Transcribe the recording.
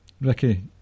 Ricky